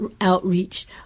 Outreach